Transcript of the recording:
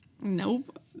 nope